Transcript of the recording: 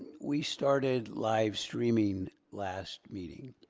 we started live streaming last meeting.